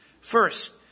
First